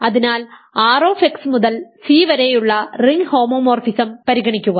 അതിനാൽ R മുതൽ C വരെയുള്ള റിംഗ് ഹോമോമോഫിസം പരിഗണിക്കുക